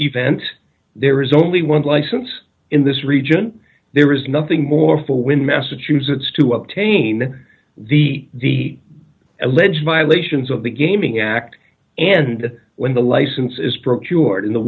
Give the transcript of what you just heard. event there is only one license in this region there is nothing more for when massachusetts to obtain the the alleged violations of the gaming act and when the license is procured in the